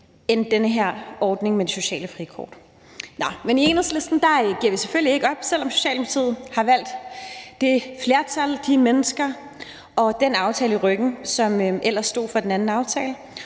til den her ordning med det sociale frikort. Nå, men i Enhedslisten giver vi selvfølgelig ikke op, selv om Socialdemokratiet har valgt at falde det flertal og de mennesker i ryggen, som stod bag den anden aftale.